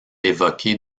évoqués